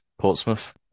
Portsmouth